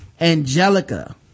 Angelica